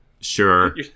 Sure